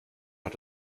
hat